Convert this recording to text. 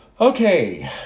Okay